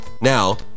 Now